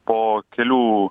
po kelių